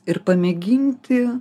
ir pamėginti